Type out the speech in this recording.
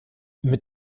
mit